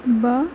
بَہہ